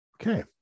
Okay